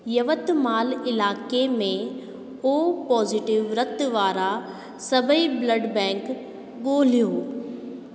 यवतमाल इलाइक़े में ओ पॉजिटिव रत वारा सभई ब्लड बैंक ॻोल्हियो